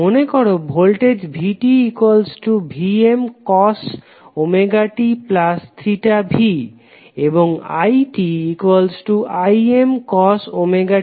মনেকরো voltage vtVmcos tv এবং itImcos ti